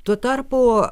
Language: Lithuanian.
tuo tarpu